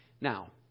Now